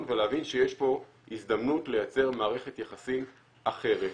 ולהבין שיש פה הזדמנות לייצר מערכת יחסים אחרת,